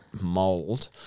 mold